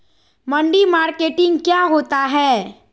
मंडी मार्केटिंग क्या होता है?